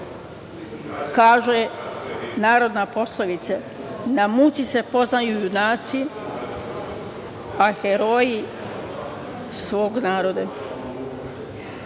Kaže narodna poslovica, na muci se poznaju junaci, a heroji svog naroda. Ova